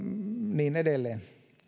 niin edelleen